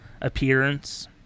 appearance